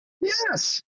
Yes